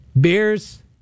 beers